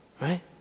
Right